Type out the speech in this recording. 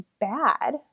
bad